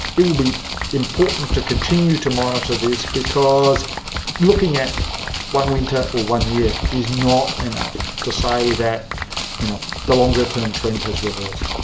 it will be important to continue to monitor this because looking at one winter or one year is not enough to say that you know the longer term trend has reversed.